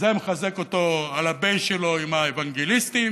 זה מחזק אותו על ה-base שלו עם האוונגליסטים,